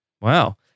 Wow